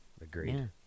Agreed